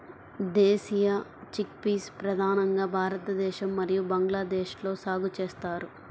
దేశీయ చిక్పీస్ ప్రధానంగా భారతదేశం మరియు బంగ్లాదేశ్లో సాగు చేస్తారు